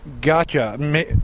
Gotcha